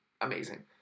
amazing